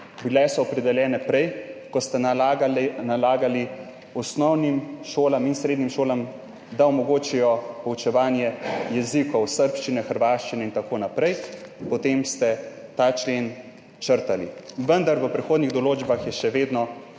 Bile so opredeljene prej, ko ste nalagali osnovnim šolam in srednjim šolam, da omogočijo poučevanje jezikov, srbščine, hrvaščine in tako naprej, potem ste ta člen črtali. Vendar je v prehodnih določbah še vedno